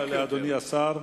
תודה לאדוני השר.